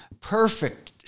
Perfect